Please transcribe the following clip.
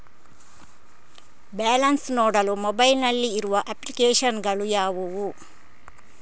Balance ನೋಡಲು mobile ನಲ್ಲಿ ಇರುವ ಅಪ್ಲಿಕೇಶನ್ ಗಳು ಯಾವುವು?